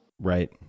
Right